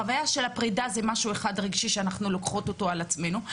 החוויה של הפרידה זה משהו אחד רגשי שאנחנו לוקחות אותו על עצמנו,